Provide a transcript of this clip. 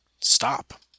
stop